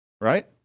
right